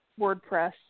wordpress